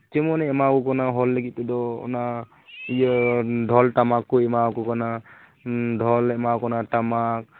ᱡᱮᱢᱚᱱᱮ ᱮᱢᱟ ᱠᱚ ᱠᱟᱱᱟ ᱦᱚᱲ ᱞᱟᱹᱜᱤᱫ ᱛᱮᱫᱚ ᱚᱱᱟ ᱤᱭᱟᱹ ᱰᱷᱚᱞ ᱴᱟᱢᱟᱠ ᱠᱚ ᱮᱢᱟ ᱠᱚ ᱠᱟᱱᱟ ᱰᱷᱚᱞ ᱮ ᱮᱢᱟ ᱠᱚ ᱠᱟᱱᱟ ᱴᱟᱢᱟᱠ